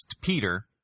Peter